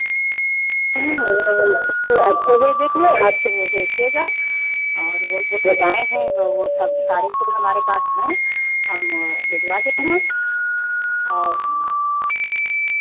में आपको भेजेंगे आप तो देखिएगा और वो जो बताऍं हैं वो सब सारे फूल हमारे पास हैं हम भिजवा देंगे और